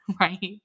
right